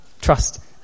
trust